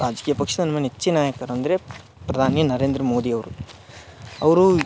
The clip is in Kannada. ರಾಜ್ಕೀಯ ಪಕ್ಷ ನಮ್ಮ ನೆಚ್ಚಿನ ನಾಯಕರು ಅಂದರೆ ಪ್ರಧಾನಿ ನರೇಂದ್ರ ಮೋದಿಯವರು ಅವರು